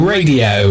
Radio